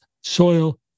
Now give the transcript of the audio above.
soil